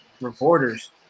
reporters